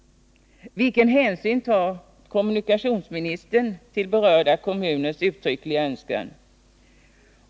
Vilken hänsyn tar kommunikationsministern till berörda kommuners uttryckliga önskan?